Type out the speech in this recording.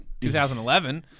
2011